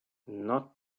not